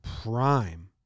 prime